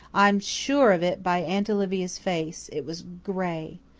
i'm sure of it by aunt olivia's face, it was gray.